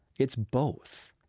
it's both.